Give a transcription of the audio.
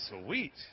Sweet